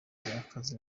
akazi